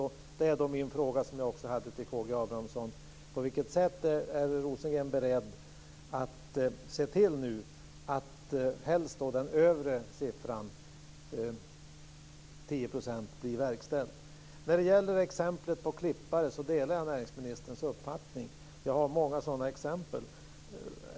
Jag ställer samma fråga som till K G Abramsson. På vilket sätt är Rosengren nu beredd att se till att - När det gäller exemplet på klippare delar jag näringsministerns uppfattning. Jag har många sådana exempel.